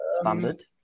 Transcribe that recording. standard